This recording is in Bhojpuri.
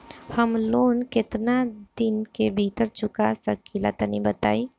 हम लोन केतना दिन के भीतर चुका सकिला तनि बताईं?